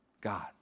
God